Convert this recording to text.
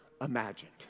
imagined